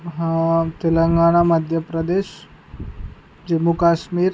Telangana Madhya Pradesh Jammu Kashmir